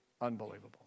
unbelievable